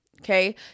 Okay